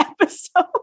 episode